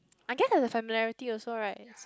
I get the familiarity also right